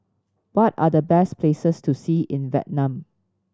what are the best places to see in Vietnam